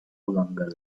longer